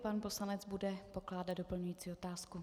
Pan poslanec bude pokládat doplňující otázku.